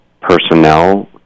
personnel